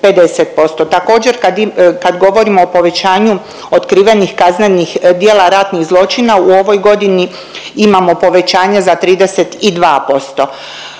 Također kad govorimo o povećanju otkrivanih kaznenih djela ratnih zločina, u ovoj godini imamo povećanje za 32%.